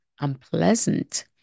unpleasant